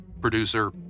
producer